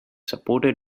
supported